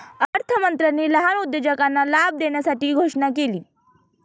अर्थमंत्र्यांनी लहान उद्योजकांना लाभ देण्यासाठी घोषणा केली